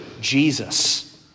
Jesus